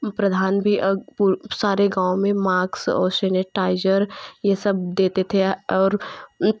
प्रधान भी पूर सारे गाँव में माक्स और शिनेटाइज़र ये सब देते थे आ और इ